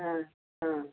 ହଁ ହଁ